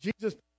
Jesus